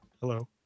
Hello